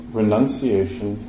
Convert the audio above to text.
renunciation